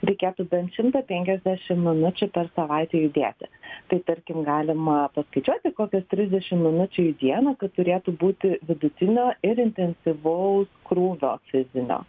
reikėtų bent šimtą penkiasdešim minučių per savaitę judėti tai tarkim galima paskaičiuoti kokios trisdešim minučių į dieną kad turėtų būti vidutinio ir intensyvaus krūvio fizinio